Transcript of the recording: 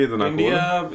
India